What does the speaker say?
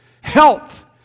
Health